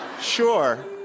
Sure